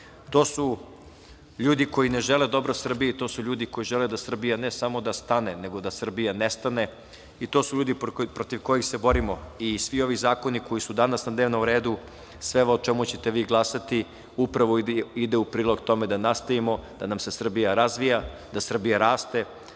To su ljudi koji ne žele dobro Srbiji, to su ljudi koji žele da Srbija ne samo da stane, nego da Srbija nestane i to su ljudi protiv kojih se borimo. Svi ovi zakoni koji su danas na dnevnom redu, sve ovo o čemu ćete vi glasati upravo ide u prilog tome da nastavimo, da nam se Srbija razvija, da Srbija raste,